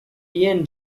ian